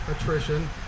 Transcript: attrition